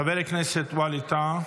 חבר הכנסת ווליד טאהא,